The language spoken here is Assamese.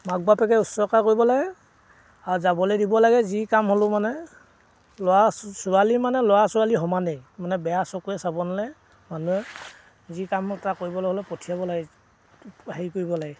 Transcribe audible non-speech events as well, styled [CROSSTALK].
মাক বাপেকে [UNINTELLIGIBLE] কৰিব লাগে আৰু যাবলৈ দিব লাগে যি কাম হ'লেও মানে ল'ৰা ছোৱালী মানে ল'ৰা ছোৱালী সমানেই মানে বেয়া চকুৱে চাব নালাগে মানুহে যি কাম এটা কৰিবলৈ হ'লে পঠিয়াব লাগে হেৰি কৰিব লাগে